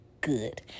good